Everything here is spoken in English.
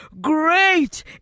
great